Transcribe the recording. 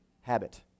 habit